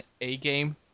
A-game